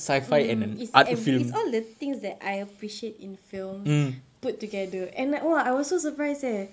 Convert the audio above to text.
mm it's every it's all the things that I appreciate in films put together and like !whoa! I was so surprised eh